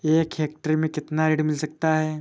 एक हेक्टेयर में कितना ऋण मिल सकता है?